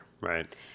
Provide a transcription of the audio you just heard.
Right